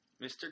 Mr